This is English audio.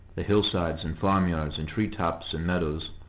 the hill-sides and farm-yards and tree-tops and meadows,